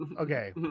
okay